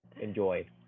enjoy